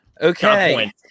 Okay